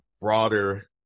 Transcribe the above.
broader